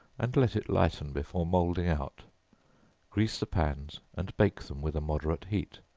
and let it lighten before moulding out grease the pans, and bake them with a moderate heat.